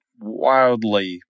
wildly